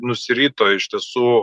nusirito iš tiesų